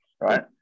right